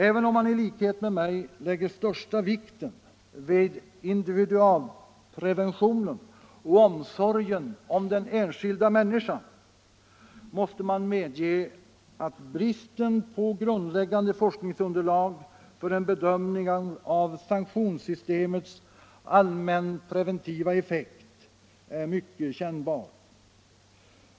Även om man i likhet med mig lägger största vikten vid individualpreventionen och omsorgen om den enskilda människan, måste man medge att bristen på grundläggande forskningsunderlag för en bedömning av sanktionssystemets allmänpreventiva effekt är mycket kännbar.